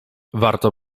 warto